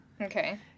Okay